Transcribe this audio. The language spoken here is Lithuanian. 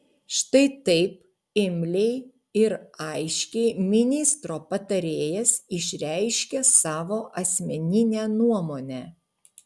štai taip imliai ir aiškiai ministro patarėjas išreiškia savo asmeninę nuomonę